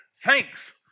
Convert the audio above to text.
Thanks